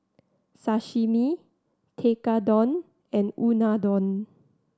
Sashimi Tekkadon and Unadon